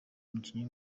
umukinnyi